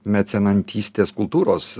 mecenatystės kultūros